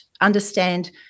understand